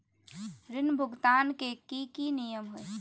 ऋण भुगतान के की की नियम है?